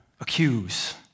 accuse